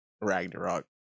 Ragnarok